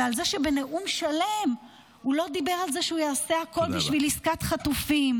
ועל זה שבנאום שלם הוא לא דיבר על זה שהוא יעשה הכול בשביל עסקת חטופים.